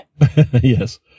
yes